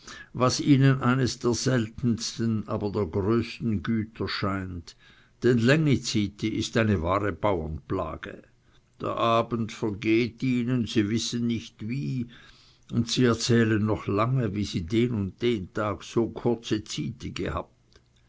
was ihnen eins der seltensten aber der größten güter scheint denn längizyti ist eine wahre bauernplage der abend vergeht ihnen sie wissen nicht wie und sie erzählen noch lange wie sie den und den tag so kurze zyti gehabt